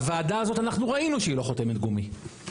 הוועדה הזאת, אנחנו ראינו שהיא לא חותמת גומי.